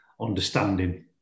understanding